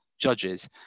Judges